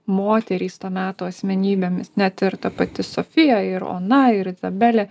moterys to meto asmenybėmis net ir ta pati sofija ir ona ir izabelė